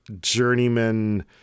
journeyman